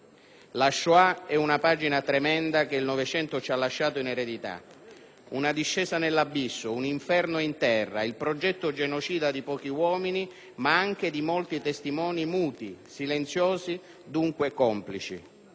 La Shoah è una pagina tremenda che il Novecento ci ha lasciato in eredità. Una discesa nell'abisso, un inferno in terra, il progetto genocida di pochi uomini, ma anche di molti testimoni muti, silenziosi, dunque complici.